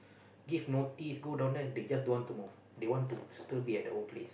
give notice go down there they just don't want to move they want to still be at the old place